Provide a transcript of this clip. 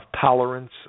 tolerance